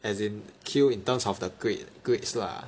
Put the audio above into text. as in kill in terms of the grade grades lah